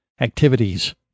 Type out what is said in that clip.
activities